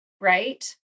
right